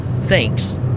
Thanks